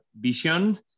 vision